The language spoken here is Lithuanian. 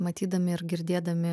matydami ir girdėdami